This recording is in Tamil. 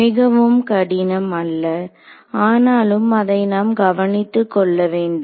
மிகவும் கடினம் அல்ல ஆனாலும் அதை நாம் கவனித்துக் கொள்ள வேண்டும்